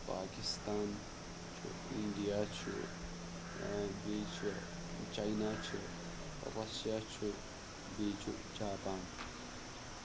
پاکِستان چھُ اِنڈیا چھُ بیٚیہِ چھُ چاینا چھُ رَشیا چھُ بیٚیہِ چھُ جاپان